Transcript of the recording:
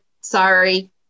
sorry